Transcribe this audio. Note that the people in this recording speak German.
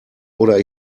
oder